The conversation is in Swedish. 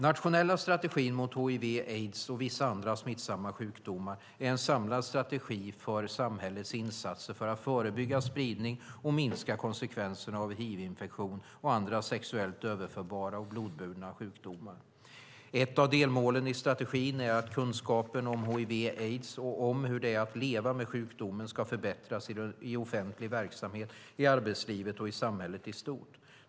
Nationella strategin mot hiv aids och om hur det är att leva med sjukdomen ska förbättras i offentlig verksamhet, i arbetslivet och i samhället i stort.